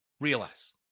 realize